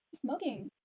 Smoking